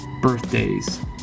birthdays